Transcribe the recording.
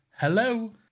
Hello